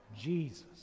Jesus